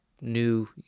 new